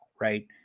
right